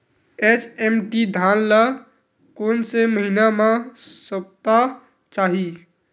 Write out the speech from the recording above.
HMT धान ल कोन से महिना म सप्ता चाही?